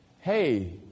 hey